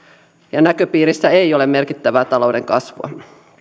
ja näköpiirissä ei ole merkittävää talouden kasvua